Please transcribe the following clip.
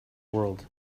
world